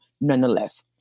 nonetheless